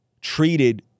treated